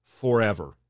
forever